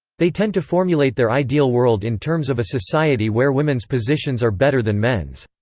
they tend to formulate their ideal world in terms of a society where women's positions are better than men's.